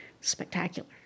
spectacular